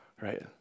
right